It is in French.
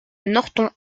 norton